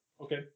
Okay